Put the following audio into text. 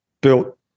built